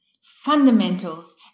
fundamentals